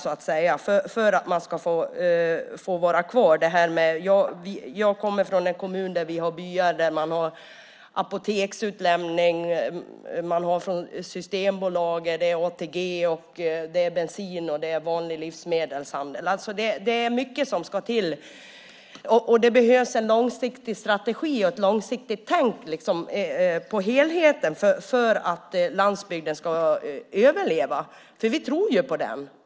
Jag kommer från en kommun där vi har byar där det finns ombud för apoteket, systembolaget och ATG. Det är bensin och vanlig livsmedelshandel. Det behövs en långsiktig strategi och ett långsiktigt tänk på helheten för att landsbygden ska överleva. Vi tror ju på den.